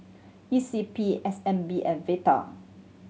E C P S N B and Vital